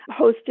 hosted